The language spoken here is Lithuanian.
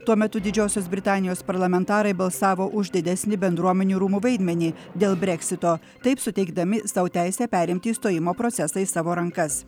tuo metu didžiosios britanijos parlamentarai balsavo už didesnį bendruomenių rūmų vaidmenį dėl breksito taip suteikdami sau teisę perimti išstojimo procesą į savo rankas